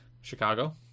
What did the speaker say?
Chicago